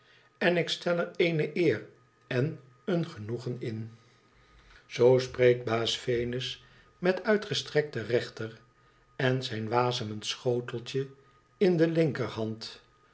en ik stel er eene eer en een genoegen in onze wsderzdschb vriend zoo spreekt baas venus met uitgestrekte rechter en zijn wasemend schoteltje in de linkerhand